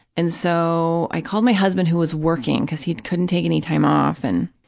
and so, i called my husband, who was working, because he couldn't take any time off and,